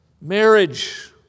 Marriage